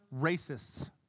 racists